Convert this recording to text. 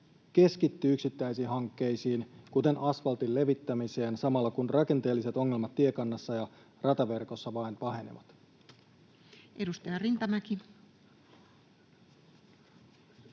keskittyy yksittäisiin hankkeisiin, kuten asvaltin levittämiseen, samalla kun rakenteelliset ongelmat tiekannassa ja rataverkossa vain pahenevat?